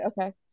okay